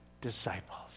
disciples